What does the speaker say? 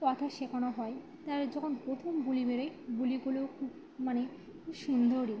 কথা শেখানো হয় তার যখন প্রথম বুলি বের হয় বুলিগুলোও খুব মানে খুব সুন্দরই